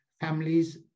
families